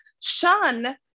shun